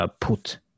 Put